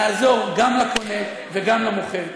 לעזור גם לקונה וגם למוכר,